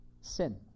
sin